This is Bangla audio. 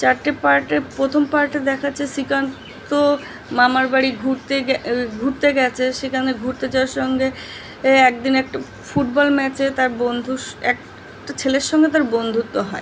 চাটটে পার্টে প্রথম পার্টে দেখাচ্ছে শ্রীকান্ত মামারবাড়ি ঘুরতে গেছে ঘুরতে গেছে সেখানে ঘুরতে যাওয়ার সঙ্গে এ একদিন একটা ফুটবল ম্যাচে তার বন্ধু স একটা ছেলের সঙ্গে তার বন্ধুত্ব হয়